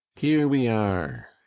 here we are!